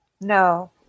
no